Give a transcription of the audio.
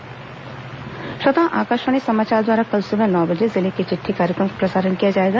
जिले की चिट़ठी श्रोताओं आकाशवाणी समाचार द्वारा कल सुबह नौ बजे जिले की चिट्ठी कार्यक्रम का प्रसारण किया जाएगा